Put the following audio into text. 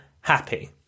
happy